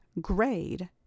grade